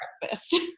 breakfast